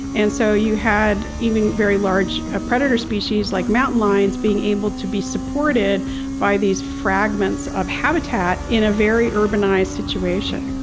and so you had even very large ah predator species like mountain lions being able to be supported by these fragments of habitat in a very urbanized situation.